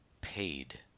paid